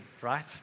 right